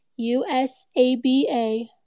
usaba